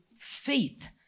faith